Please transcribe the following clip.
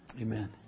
amen